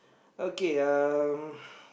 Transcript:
okay uh